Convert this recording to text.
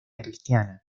cristiana